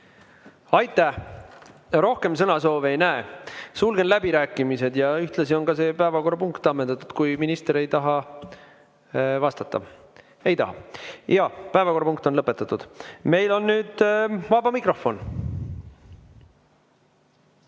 Aitäh! Rohkem sõnasoove ma ei näe. Sulgen läbirääkimised. Ühtlasi on see päevakorrapunkt ammendatud, kui minister ei taha vastata. Ei taha. Jaa, päevakorrapunkt on lõpetatud. Meil on nüüd vaba mikrofon.